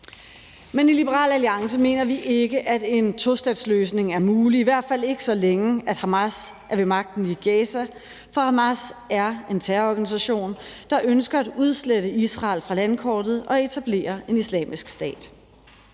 Men i Liberal Alliance mener vi ikke, at en tostatsløsning er mulig, i hvert fald ikke så længe Hamas er ved magten i Gaza, for Hamas er en terrororganisation, der ønsker at udslette Israel fra landkortet og etablere en Islamisk Stat.